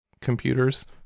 computers